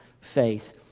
faith